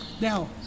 Now